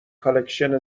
کالکشن